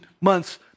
months